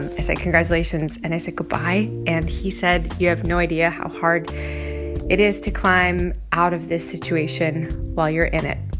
and i said congratulations. and i said goodbye. and he said, you have no idea how hard it is to climb out of this situation while you're in it.